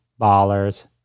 Ballers